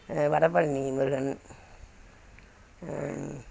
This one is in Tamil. வடபழனி முருகன்